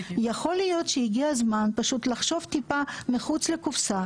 יכול להיות שהגיע הזמן לחשוב טיפה מחוץ לקופסה